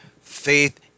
faith